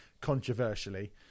controversially